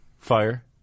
fire